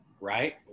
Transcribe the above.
right